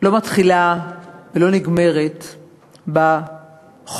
לא מתחילה ולא נגמרת בחוק,